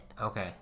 Okay